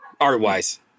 art-wise